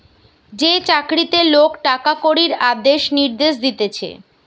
যে চাকরিতে লোক টাকা কড়ির আদেশ নির্দেশ দিতেছে